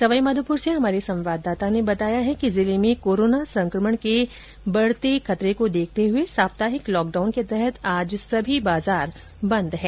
सवाई माधोपूर से हमारे संवाददाता ने बताया कि जिले में कोरोना संकमण के बढ़ते खतरे को देखते हुए साप्ताहिक लॉकडाउन के तहत आज सभी बाजार बंद हैं